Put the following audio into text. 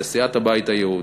וסיעת הבית היהודי,